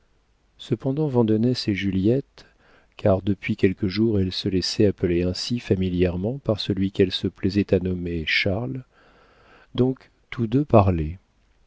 cependant vandenesse et juliette car depuis quelques jours elle se laissait appeler ainsi familièrement par celui qu'elle se plaisait à nommer charles donc tous deux parlaient